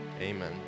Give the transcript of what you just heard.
amen